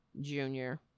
Junior